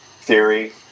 theory